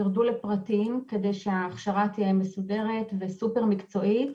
ירדו לפרטים כדי שההכשרה תהיה מסודרת וסופר מקצועית.